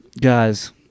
Guys